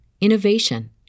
innovation